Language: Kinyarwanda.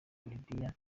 libya